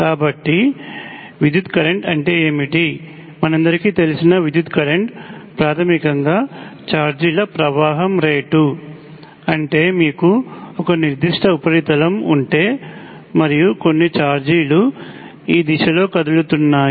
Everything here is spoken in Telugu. కాబట్టి విద్యుత్ కరెంట్ అంటే ఏమిటి మనందరికీ తెలిసిన విద్యుత్ కర్రెంట్ ప్రాథమికంగా ఛార్జీల ప్రవాహం రేటు అంటే మీకు ఒక నిర్దిష్ట ఉపరితలం ఉంటే మరియు కొన్ని ఛార్జ్ లు ఈ దిశలో కదులుతున్నాయి